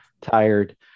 tired